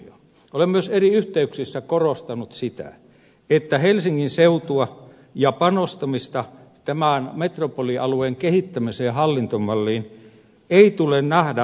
olen myös eri yhteyksissä korostanut sitä että helsingin seutua ja panostamista tämän metropolialueen kehittämiseen ja hallintomalliin ei tule nähdä vastakkaisena muun maan kehittämiselle